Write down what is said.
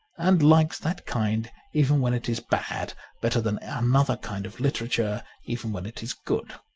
and likes that kind even when it is bad better than another kind of literature even when it is good.